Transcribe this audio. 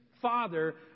father